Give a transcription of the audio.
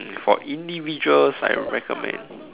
for individuals I'd recommend